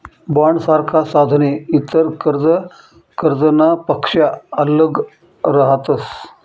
बॉण्डसारखा साधने इतर कर्जनापक्सा आल्लग रहातस